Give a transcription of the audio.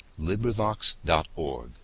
Librivox.org